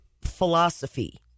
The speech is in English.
philosophy